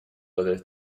whether